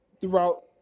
throughout